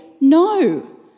no